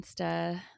Insta